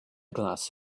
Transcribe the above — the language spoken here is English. glass